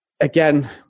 Again